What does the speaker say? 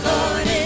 Lord